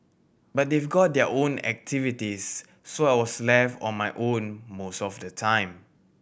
but they've got their own activities so I was left on my own most of the time